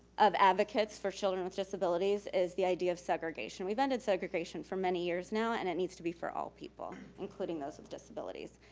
of advocates for children with disabilities is the idea of segregation. we've ended segregation for many years now and it needs to be for all people, including those with disabilities.